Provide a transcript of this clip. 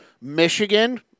Michigan